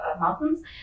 mountains